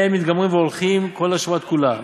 והן מתגמרין והולכין כל השבת כולה.